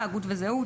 הגות וזהות,